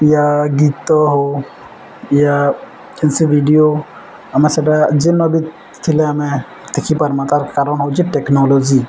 ୟା ଗୀତ ହଉ ୟା କେନ୍ସି ଭିଡ଼ିଓ ଆମେ ସେଟା ଯେନ୍ ବି ଥିଲେ ଆମେ ଦେଖିପାର୍ମା ତାର୍ କାରଣ ହେଉଛି ଟେକ୍ନୋଲୋଜି